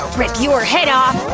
rip your head off!